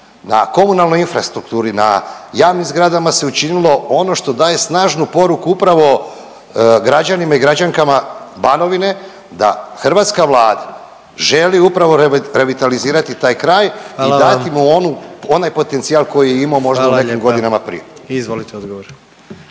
na komunalnoj infrastrukturi, na javnim zgradama se učinilo ono što daje snažnu poruku upravo građanima i građankama Banovine da hrvatska Vlada želi upravo revitalizirati taj kraj i dati mu onu .../Upadica: Hvala vam./... onaj potencijal koji je imao možda u onim godinama prije. **Jandroković,